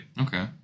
Okay